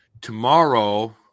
Tomorrow